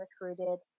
recruited